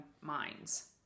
minds